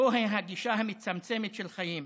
זוהי הגישה המצמצמת של החיים: